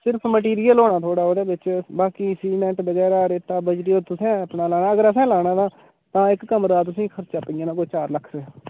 सिर्फ मटीरियल होना थुआढ़े ओह्दे बिच बाकी सीमेंट बगैरा रेता बजरी ओह् तुसें अपना लाना अगर असें लाना तां इक कमरे दा तुसें ई खर्चा पेई जाना कोई चार लक्ख रपेआ